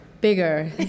Bigger